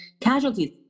casualties